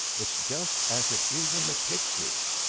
it's just as it is in the pictures!